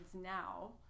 now